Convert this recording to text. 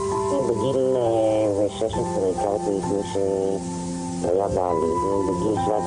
אחרי שנים של השלכות